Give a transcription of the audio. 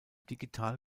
digital